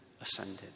ascended